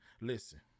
Listen